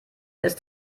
ist